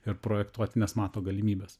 ir projektuoti nes mato galimybes